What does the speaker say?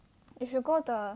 you should go the